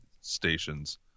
stations